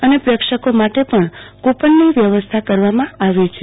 અને પેક્ષકો માટે પણ કુપનની વ્યવસ્થા કરવામાં આવી છે